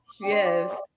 yes